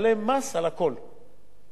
היום הוא יכול להשאיר את זה ולשלם